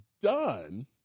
done